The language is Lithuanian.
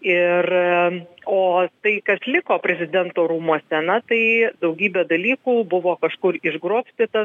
ir o tai kas liko prezidento rūmuose na tai daugybė dalykų buvo kažkur išgrobstyta